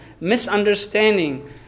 misunderstanding